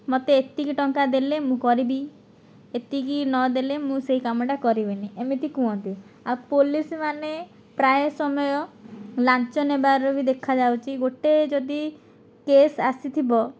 ମୋତେ ଏତିକି ଟଙ୍କା ଦେଲେ ମୁଁ କରିବି ଏତିକି ନ ଦେଲେ ମୁଁ ସେହି କାମଟା କରିବିନି ଏମିତି କୁହନ୍ତି ଆଉ ପୋଲିସ୍ମାନେ ପ୍ରାୟ ସମୟ ଲାଞ୍ଚ ନେବାର ବି ଦେଖା ଯାଉଛି ଗୋଟିଏ ଯଦି କେସ୍ ଆସିଥିବ